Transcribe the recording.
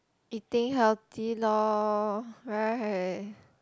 eating healthy lor right